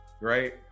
right